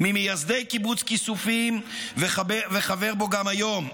ממייסדי קיבוץ כיסופים וחבר בו גם היום,